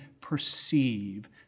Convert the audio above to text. perceive